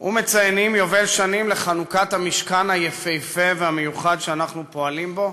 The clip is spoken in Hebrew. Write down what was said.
ומציינים יובל שנים לחנוכת המשכן היפהפה והמיוחד שאנחנו פועלים בו.